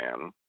man